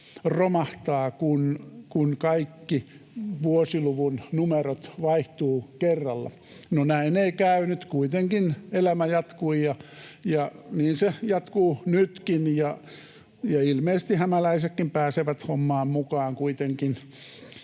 romahtavat, kun kaikki vuosiluvun numerot vaihtuvat kerralla. No näin ei käynyt. Kuitenkin elämä jatkui, ja niin se jatkuu nytkin. Ja ilmeisesti hämäläisetkin pääsevät hommaan mukaan kuitenkin,